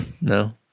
No